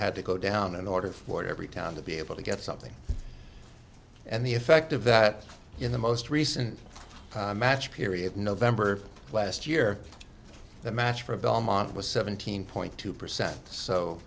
had to go down in order for every town to be able to get something and the effect of that in the most recent match period november of last year the match for belmont was seventeen point two percent so